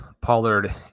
Pollard